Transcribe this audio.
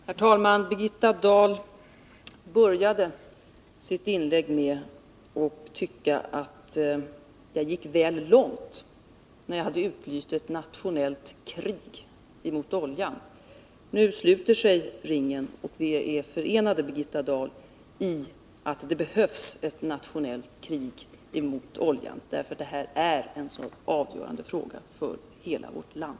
Herr talman! Birgitta Dahl började sitt inlägg med att säga att hon tyckte att jag gick väl långt när jag utlyste ett nationellt krig mot oljan. Nu sluter sig ringen, och Birgitta Dahl förenar sig med mig i åsikten att det behövs ett nationellt krig mot oljan — för den är en avgörande fråga för hela vårt land.